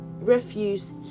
refuse